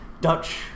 Dutch